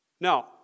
Now